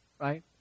right